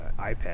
iPad